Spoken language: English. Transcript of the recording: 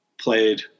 played